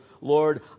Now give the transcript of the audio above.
Lord